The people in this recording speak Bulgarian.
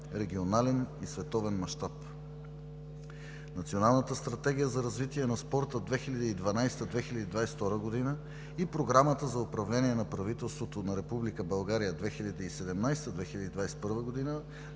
регионален и световен мащаб. Националната стратегия за развитие на спорта 2012 – 2022 г. и Програмата за управление на правителството на Република България 2017 – 2021 г. на